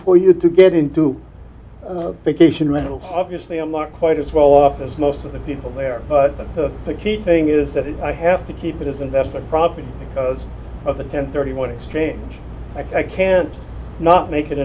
for you to get into a vacation rentals obviously i'm not quite as well off as most of the people there but the key thing is that i have to keep it as investment property because of the ten thirty one exchange i can't not make an